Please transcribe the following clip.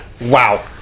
wow